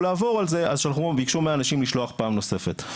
לעבור על זה אז ביקשו מאנשים לשלוח פעם נוספת.